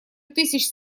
тысяч